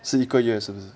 是一个月是不是